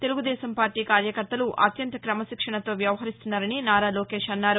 Telugu Desam party కార్యకర్తలు అత్యంత క్రమశిక్షణతో వ్యవహరిస్తున్నారని నారా లోకేష్ అన్నారు